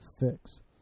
fix